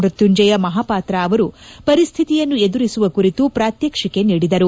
ಮ್ಯತ್ನುಂಜಯ ಮಹಾಪಾತ್ರ ಅವರು ಪರಿಸ್ವಿತಿಯನ್ನು ಎದುರಿಸುವ ಕುರಿತು ಪ್ರಾತ್ಯಕ್ಷಿಕೆ ನೀಡಿದರು